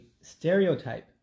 stereotype